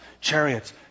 chariots